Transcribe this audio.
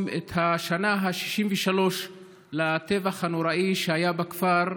את יום השנה ה-63 לטבח הנוראי שהיה בכפר: